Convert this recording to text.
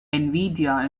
nvidia